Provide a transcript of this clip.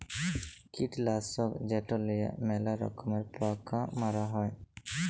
কীটলাসক যেট লিঁয়ে ম্যালা রকমের পকা মারা হ্যয়